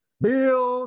Build